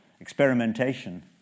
experimentation